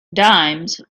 dimes